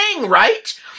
right